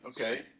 okay